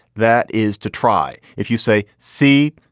that is to try. if you say c,